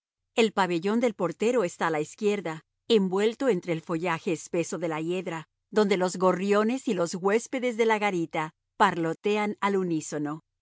el pabellón del portero está a la izquierda envuelto entre el follaje espeso de la hiedra donde los gorriones y los huéspedes de la garita parlotean al unísono